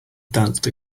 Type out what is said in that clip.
danced